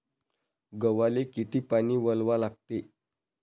गव्हाले किती पानी वलवा लागते?